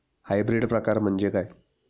Hybrid प्रकार म्हणजे काय?